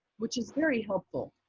which is very helpful.